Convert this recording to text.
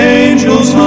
angels